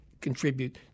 contribute